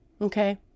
okay